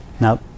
Now